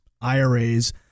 IRAs